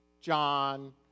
John